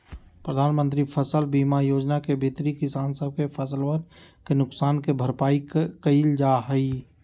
प्रधानमंत्री फसल बीमा योजना के भीतरी किसान सब के फसलवन के नुकसान के भरपाई कइल जाहई